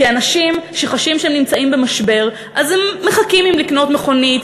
כי אנשים שחשים שהם נמצאים במשבר מחכים עם לקנות מכונית,